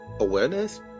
awareness